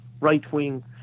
right-wing